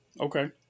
Okay